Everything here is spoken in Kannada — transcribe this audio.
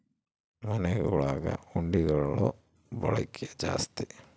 ಮನೆಗುಳಗ ಹುಂಡಿಗುಳ ಬಳಕೆ ಜಾಸ್ತಿ